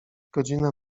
godzina